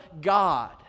God